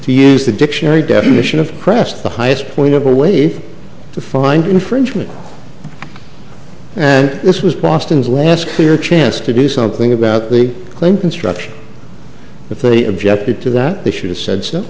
to use the dictionary definition of crest the highest point of a way to find infringement and this was boston's last clear chance to do something about the claim construction if they objected to that they should have said so